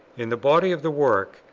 in the body of the work,